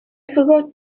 forgot